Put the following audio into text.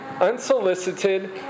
unsolicited